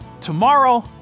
Tomorrow